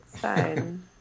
fine